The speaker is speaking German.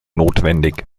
notwendig